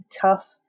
tough